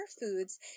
foods